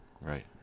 Right